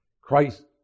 Christ